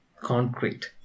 concrete